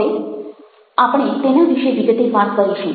હવે આપણી તેના વિશે વિગતે વાત કરીશું